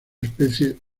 especie